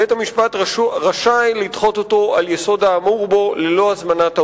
בית-המשפט רשאי לדחות אותו על יסוד האמור בו ללא הזמנת העותר.